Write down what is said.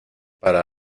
para